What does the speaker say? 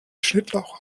schnittlauch